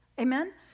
Amen